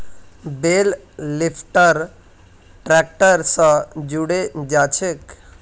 बेल lifter tractor स जुड़े जाछेक